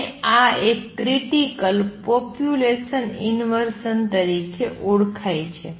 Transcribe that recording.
અને આ એક ક્રીટીકલ પોપ્યુલેસન ઇનવર્સન તરીકે ઓળખાય છે